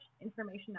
information